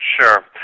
Sure